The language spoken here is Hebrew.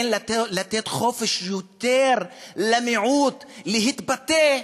אין לתת חופש יותר למיעוט, להתבטא.